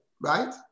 right